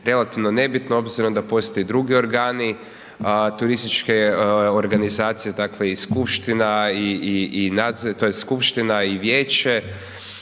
relativno nebitno obzirom da postoje i drugi organi turističke organizacije, dakle i skupština, tj.